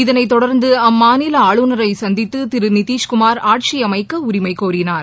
இதளைத் தொடர்ந்து அம்மாநில ஆளுநரை சந்தித்து திரு நிதிஷ்குமார் ஆட்சி அமைக்க உரிமை கோரினார்